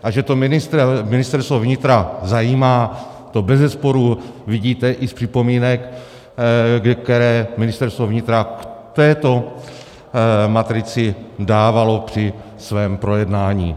A že to ministra, Ministerstvo vnitra zajímá, to bezesporu vidíte i z připomínek, které Ministerstvo vnitra k této matrici dávalo při svém projednání.